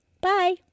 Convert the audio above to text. bye